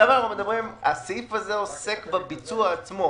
הסעיף הזה עוסק בביצוע עצמו.